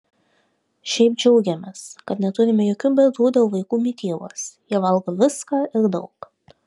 šiaip džiaugiamės kad neturime jokių bėdų dėl vaikų mitybos jie valgo viską ir daug